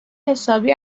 حسابی